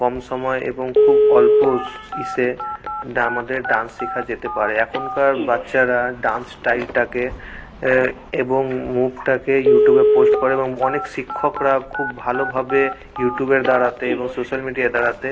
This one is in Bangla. কম সময়ে এবং খুব অল্প ইসে এটা আমাদের ডান্স শেখা যেতে পারে এখনকার বাচ্চারা ডান্স স্টাইলটাকে এবং মুখটাকে ইউটিউবে পোস্ট করে এবং অনেক শিক্ষকরা খুব ভালোভাবে ইউটিউবের দ্বারাতে এবং সোশ্যাল মিডিয়ার দ্বারাতে